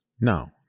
no